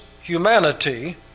humanity